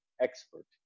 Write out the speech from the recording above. expert